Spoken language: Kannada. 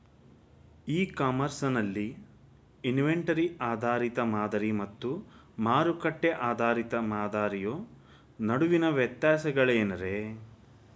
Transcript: ಇ ಕಾಮರ್ಸ್ ನಲ್ಲಿ ಇನ್ವೆಂಟರಿ ಆಧಾರಿತ ಮಾದರಿ ಮತ್ತ ಮಾರುಕಟ್ಟೆ ಆಧಾರಿತ ಮಾದರಿಯ ನಡುವಿನ ವ್ಯತ್ಯಾಸಗಳೇನ ರೇ?